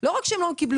לא רק שהם לא קיבלו,